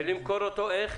ולמכור אותו איך?